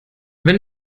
wenn